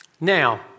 Now